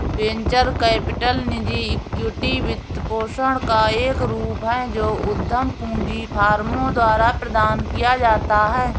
venture capital निजी equity वित्तपोषण का एक रूप है जो उद्यम पूंजी फर्मों द्वारा प्रदान किया जाता है